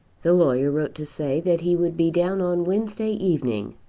the lawyer wrote to say that he would be down on wednesday evening,